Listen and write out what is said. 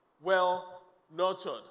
well-nurtured